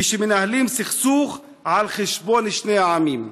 כשמנהלים סכסוך על חשבון שני העמים.